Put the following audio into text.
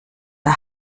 der